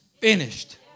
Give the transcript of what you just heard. finished